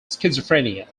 schizophrenia